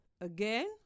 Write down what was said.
Again